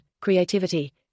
creativity